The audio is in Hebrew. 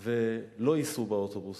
ולא ייסעו באוטובוס.